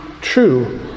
true